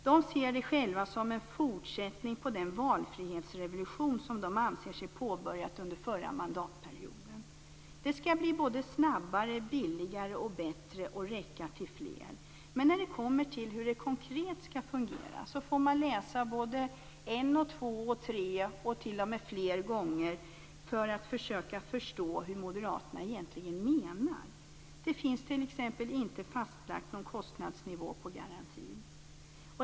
De ser det själva som en fortsättning på den valfrihetsrevolution som de anser sig ha påbörjat under den förra mandatperioden. Det skall bli snabbare, billigare, bättre och räcka till fler. Men när det kommer till hur det konkret skall fungera får man läsa en, två, tre och t.o.m. flera gånger för att försöka förstå vad moderaterna egentligen menar. Det finns t.ex. inte fastlagt någon kostnadsnivå på garantin.